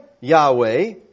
Yahweh